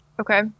Okay